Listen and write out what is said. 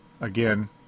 again